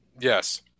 Yes